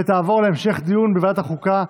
ותעבור להמשך דיון בוועדת החוקה,